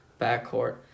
backcourt